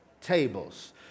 tables